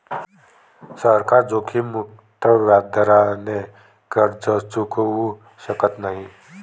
सरकार जोखीममुक्त व्याजदराने कर्ज चुकवू शकत नाही